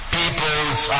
people's